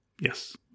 Yes